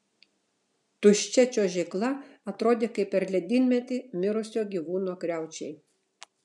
tuščia čiuožykla atrodė kaip per ledynmetį mirusio gyvūno griaučiai